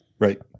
Right